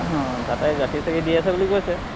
তাতে গাখীৰ চাখিৰ দি আছে বুলি কৈছে